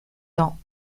dans